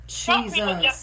Jesus